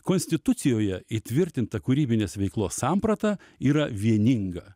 konstitucijoje įtvirtinta kūrybinės veiklos samprata yra vieninga